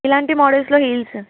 ఇలాంటి మోడల్స్లో హీల్స్